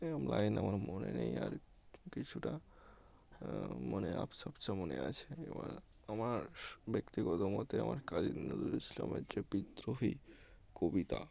এরকম লাইন আমার মনে নেই আর কিছুটা মনে আবছা আবছা মনে আছে এবার আমার ব্যক্তিগত মতে আমার কাজী নজরুল ইসলামের যে বিদ্রোহী কবিতা